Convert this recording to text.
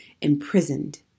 imprisoned